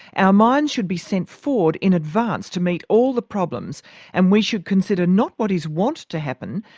our minds should be sent forward in advance to meet all the problems and we should consider not what is wont to happen,